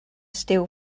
steel